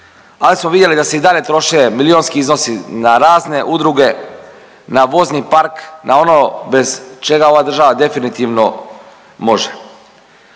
ali smo vidjeli da se i dalje troše milijunski iznosi na razne udruge, na vozni park, na ono bez čega ova država definitivno može.